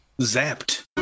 zapped